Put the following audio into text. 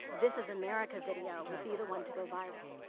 this is america video would be the one to go viral.